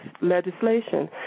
legislation